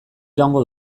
iraungo